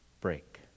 break